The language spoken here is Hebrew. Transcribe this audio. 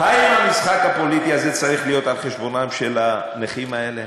האם המשחק הפוליטי הזה צריך להיות על חשבונם של הנכים האלה?